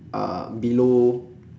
uh below